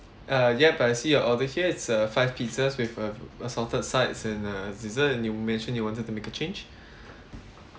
uh yup but I see your order here it's a five pizzas with a a salted sides and uh dessert and you mention you wanted to make a change